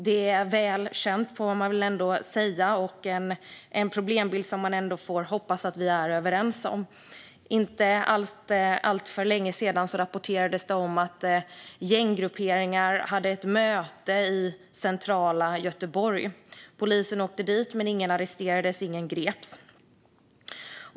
Det är väl känt, får man väl ändå säga, och en problembild som man får hoppas att vi är överens om. För inte alltför länge sedan rapporterades det om att gänggrupperingar hade ett möte i centrala Göteborg. Polisen åkte dit, men ingen arresterades och ingen greps.